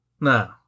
No